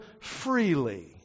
freely